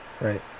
right